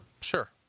sure